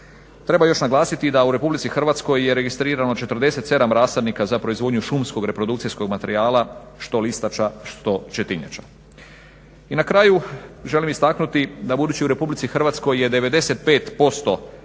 Treba još naglasiti da u Republici Hrvatskoj je registrirano 47 rasadnika za proizvodnju šumskog reprodukcijskog materijala što listača, što četinjača. I na kraju želim istaknuti da budući u Republici Hrvatskoj je 95% prirodnih